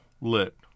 lit